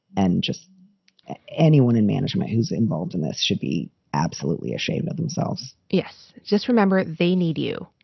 and just anyone in management who's involved in this should be absolutely ashamed of themselves yes. just remember, they need you.